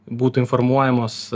būtų informuojamos